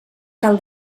cal